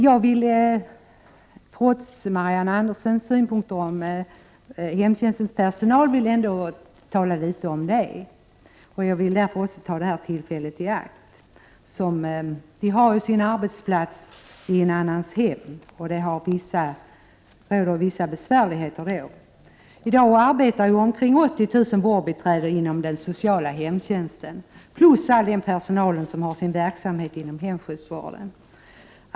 Marianne Andersson anförde synpunkter beträffande hemtjänstens personal, och jag vill också ta det här tillfället i akt att tala litet om det ämnet. Det gäller ju personal som har sin arbetsplats i annans hem, och det råder då vissa besvärligheter. I dag arbetar omkring 80 000 vårdbiträden inom den sociala hemtjänsten, plus all den personal som har sin verksamhet inom hemsjukvården.